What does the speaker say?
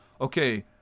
okay